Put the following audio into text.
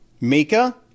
Mika